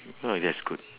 oh that's good